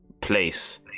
place